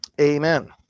Amen